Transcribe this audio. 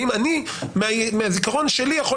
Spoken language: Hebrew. ואם אני מהזיכרון שלי יכול